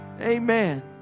Amen